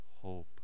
hope